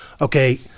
okay